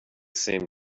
same